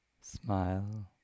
Smile